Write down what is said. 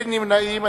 אין נמנעים.